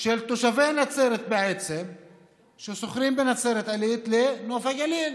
של תושבי נצרת ששוכרים בנצרת עילית לנוף הגליל.